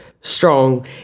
strong